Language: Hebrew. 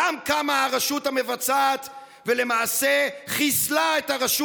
גם קמה הרשות המבצעת ולמעשה חיסלה את הרשות